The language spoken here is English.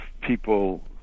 people